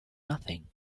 nothing